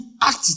act